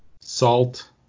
salt